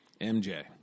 MJ